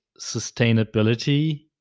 Sustainability